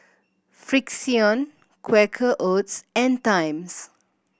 Frixion Quaker Oats and Times